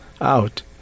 out